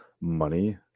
money